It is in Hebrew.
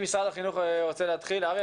אתם רוצים להפעיל מערכת,